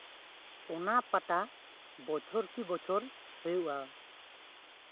ᱚᱱᱟ ᱯᱟᱛᱟ ᱵᱚᱪᱷᱚᱨ ᱠᱮ ᱵᱚᱪᱷᱚᱨ ᱦᱩᱭᱩᱜᱼᱟ